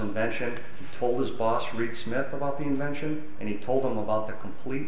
invention told his boss rick smith about the invention and he told them about the complete